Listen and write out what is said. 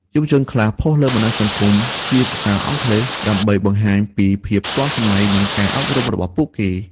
យុវជនខ្លះផុសលើបណ្តាញសង្គមជាភាសាអង់គ្លេស ដើម្បីបង្ហាញពីភាពទាន់សម័យ និង ការអប់រំរបស់ពួកគេ។